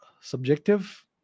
subjective